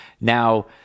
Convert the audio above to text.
Now